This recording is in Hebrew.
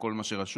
או כל מה שרשום,